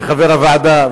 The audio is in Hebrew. כחבר הוועדה,